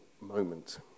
moment